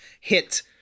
hit